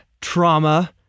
trauma